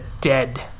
dead